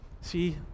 See